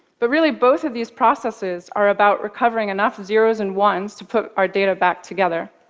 but really, both of these processes are about recovering enough zeroes and ones to put our data back together.